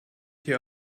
hier